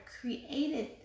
created